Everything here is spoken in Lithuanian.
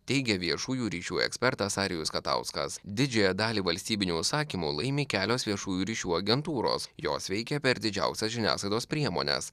teigė viešųjų ryšių ekspertas arijus katauskas didžiąją dalį valstybinių užsakymų laimi kelios viešųjų ryšių agentūros jos veikia per didžiausias žiniasklaidos priemones